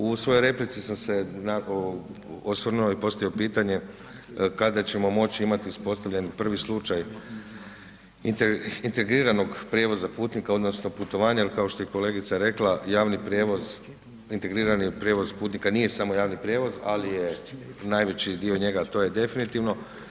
U svojoj replici sam se osvrnuo i postavio pitanje kada ćemo moći imati uspostavljen prvi slučaj integriranog prijevoza putnika odnosno putovanja jer kao što je kolegica rekla, javni prijevoz, integrirani prijevoz putnika nije samo javni prijevoz ali je najveći dio njega a to je definitivno.